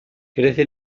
crece